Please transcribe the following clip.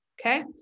okay